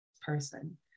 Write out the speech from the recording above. person